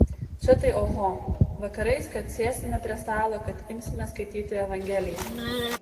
čia tai oho vakarais kad sėsime prie stalo kad imsime skaityti evangeliją